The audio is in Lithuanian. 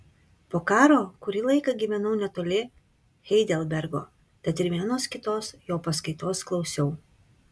po karo kurį laiką gyvenau netoli heidelbergo tad ir vienos kitos jo paskaitos klausiau